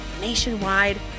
nationwide